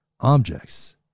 objects